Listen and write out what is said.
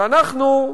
ואנחנו,